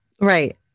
Right